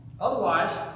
Otherwise